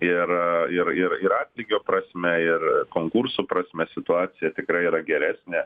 ir ir ir ir atlygio prasme ir konkurso prasme situacija tikrai yra geresnė